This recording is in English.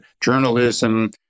journalism